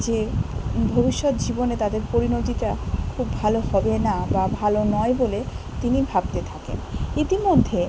যে ভবিষ্যৎ জীবনে তাদের পরিণতিটা খুব ভালো হবে না বা ভালো নয় বলে তিনি ভাবতে থাকেন ইতিমধ্যে